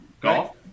golf